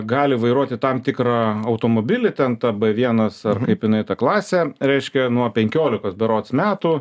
gali vairuoti tam tikrą automobilį ten tą b vienas ar kaip jinai tą klasę reiškia nuo penkiolikos berods metų